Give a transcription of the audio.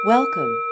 Welcome